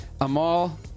Amal